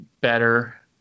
better